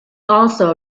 also